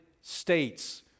States